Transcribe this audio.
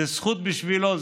זו זכות בשבילו,